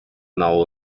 nało